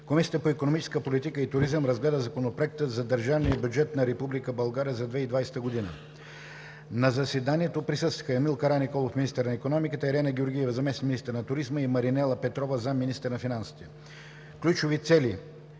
Комисията по икономическа политика и туризъм разгледа Законопроекта за държавния бюджет на Република България за 2020 г. На заседанието присъстваха: Емил Караниколов – министър на икономиката, Ирена Георгиева – заместник-министър на туризма, и Маринела Петрова – заместник-министър на финансите. Ключови цели